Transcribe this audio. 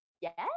Yes